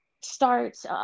starts